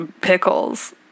Pickles